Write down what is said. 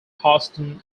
houston